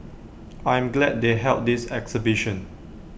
I'm glad they held this exhibition